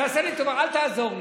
תעשה לי טובה, אל תעזור לי.